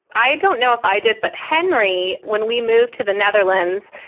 i don't know if i did, but henry, when we moved to the netherlands,